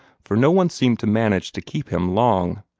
for no one seemed to manage to keep him long.